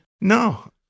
No